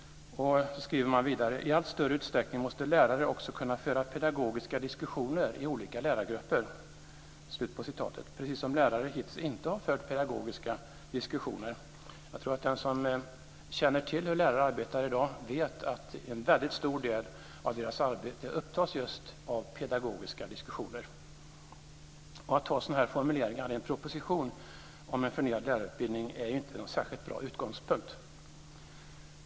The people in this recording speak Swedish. Man skriver vidare: "I allt större utsträckning måste lärare också kunna föra pedagogiska diskussioner i olika lärargrupper." Precis som om lärare hittills inte har fört pedagogiska diskussioner! Jag tror att den som känner till hur lärare arbetar i dag vet att en väldigt stor del av deras arbete upptas just av pedagogiska diskussioner. Att ha sådana här formuleringar i en proposition om en förnyad lärarutbildning är inte någon särskilt bra utgångspunkt.